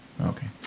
Okay